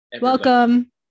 welcome